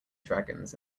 dragons